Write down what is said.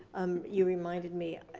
um you reminded me.